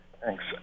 Thanks